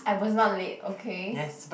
I was not late okay